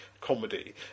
comedy